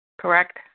Correct